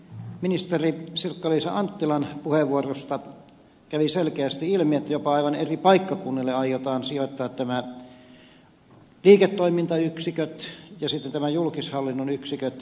ministeri sirkka liisa anttilan puheenvuorosta kävi selkeästi ilmi että jopa aivan eri paikkakunnille aiotaan sijoittaa nämä liiketoimintayksiköt ja sitten nämä julkishallinnon yksiköt